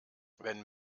wenn